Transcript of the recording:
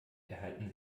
erhalten